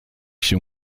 się